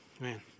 Man